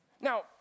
Now